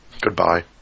goodbye